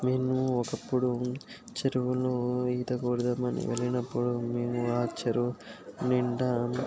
మేము ఒకప్పుడు చెరువులో ఈత కొడదాం అని వెళ్ళినప్పుడు మేము ఆ చెరువు నిండా